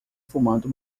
fumando